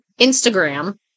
Instagram